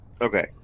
Okay